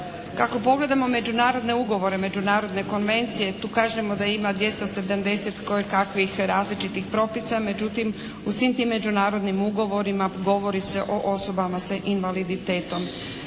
Ako pogledamo međunarodne ugovore, međunarodne konvencije tu kažemo da ima 270 kojekakvih različitih propisa. Međutim u svim tim međunarodnim ugovorima govori se o osobama sa invaliditetom.